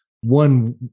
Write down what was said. one